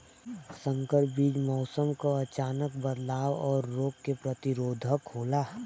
संकर बीज मौसम क अचानक बदलाव और रोग के प्रतिरोधक होला